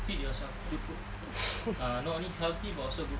feed yourself good food not only healthy but also good